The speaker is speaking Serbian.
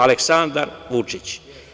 Aleksandar Vučić.